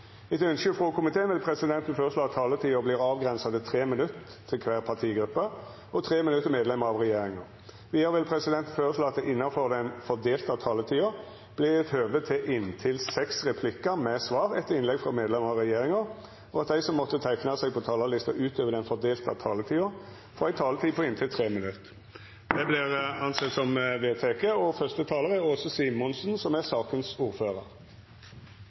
Etter ynske frå energi og miljøkomiteen vil presidenten føreslå at taletida vert avgrensa til 3 minutt til kvar partigruppe og 3 minutt til medlemer av regjeringa. Vidare vil presidenten føreslå at det – innanfor den fordelte taletida – vert gjeve høve til inntil seks replikkar med svar etter innlegg frå medlemer av regjeringa, og at dei som måtte teikna seg på talarlista utover den fordelte taletida, får ei taletid på inntil 3 minutt. – Det er vedteke. En arbeidsgruppe ved NVE har vurdert behovet for å styrke arbeidet med å håndtere risiko som